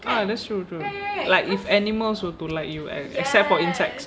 ah that's true true like if animals were to like you except for insects